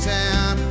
town